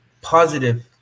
positive